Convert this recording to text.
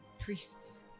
priests